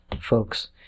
folks